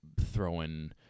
throwing –